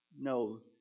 No